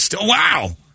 Wow